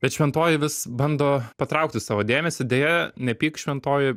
bet šventoji vis bando patraukti savo dėmesį deja nepyk šventoji